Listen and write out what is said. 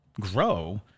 grow